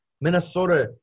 Minnesota